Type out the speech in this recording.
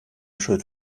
schuld